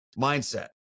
mindset